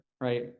right